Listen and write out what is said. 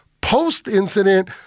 Post-incident